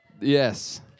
Yes